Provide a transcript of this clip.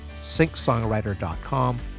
SyncSongwriter.com